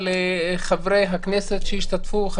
בדיון במסגרת ציון יום הנגב בכנסת בנושא מעצרים